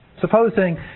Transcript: Supposing